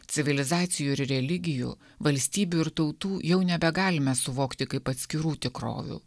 civilizacijų ir religijų valstybių ir tautų jau nebegalime suvokti kaip atskirų tikrovių